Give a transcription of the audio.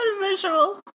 visual